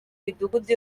midugudu